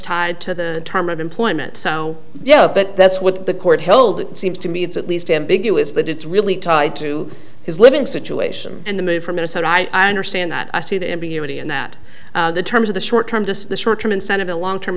tied to the term of employment so yeah but that's what the court held it seems to me it's at least ambiguous that it's really tied to his living situation and the move from minnesota i understand that i see the ambiguity and that the terms of the short term the short term incentive and long term